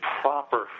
proper